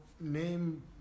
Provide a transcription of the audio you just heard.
name